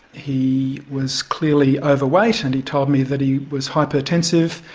he was clearly overweight and he told me that he was hypertensive,